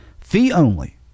fee-only